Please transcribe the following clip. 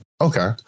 Okay